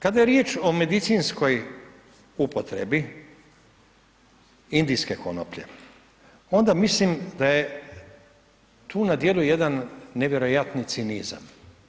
Kada je riječ o medicinskoj upotrebi indijske konoplje, onda mislim da je tu na dijelu jedan nevjerojatni cinizam.